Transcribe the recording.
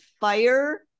fire